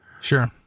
Sure